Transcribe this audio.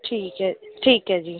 ਠੀਕ ਹੈ ਠੀਕ ਹੈ ਜੀ